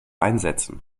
einsetzen